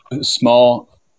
small